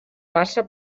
bassa